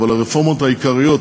אבל הרפורמות העיקריות